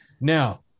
Now